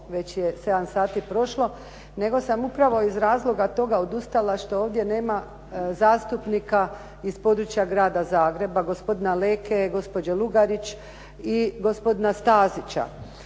već je 7 sati prošlo, nego sam upravo iz razloga toga odustala što ovdje nema zastupnika iz područja grada Zagreba gospodina Leke, gospođe Lugarić i gospodina Stazića.